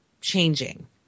changing